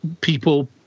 people